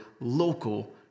local